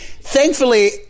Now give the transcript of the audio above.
Thankfully